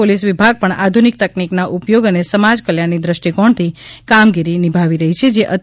police વિભાગ પણ આધુનિક તકનીકના ઉપયોગ અને સમાજ કલ્યાણના દ્રષ્ટિકોણથી કામગીરી નિભાવી રહી છે જે અત્યંત સરાહનીય છે